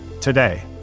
today